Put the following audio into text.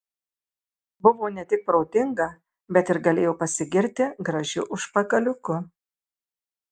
buvo ne tik protinga bet ir galėjo pasigirti gražiu užpakaliuku